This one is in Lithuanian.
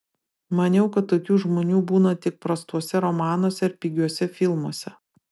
maniau kad tokių žmonių būna tik prastuose romanuose ar pigiuose filmuose